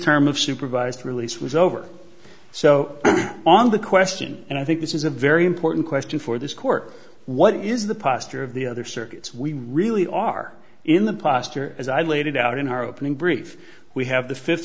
term of supervised release was over so on the question and i think this is a very important question for this court what is the pastor of the other circuits we really are in the posture as i laid it out in our opening brief we have the fifth